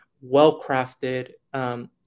well-crafted